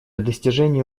достижения